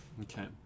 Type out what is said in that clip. Okay